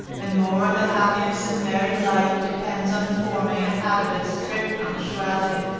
and more of the happiness of married life depends on forming a habit of strict punctuality,